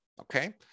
okay